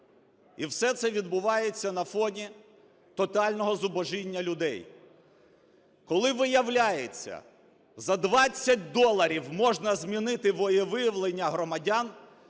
І все це відбувається на фоні тотального зубожіння людей, коли, виявляється, за 20 доларів можна змінити волевиявлення громадян,